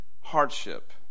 hardship